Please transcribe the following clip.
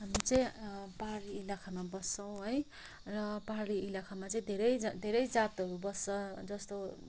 हामी चाहिँ पहाडी इलाकामा बस्छौँ है र पाहाडी इलाकामा चाहिँ धेरै जा धेरै जातहरू बस्छ जस्तो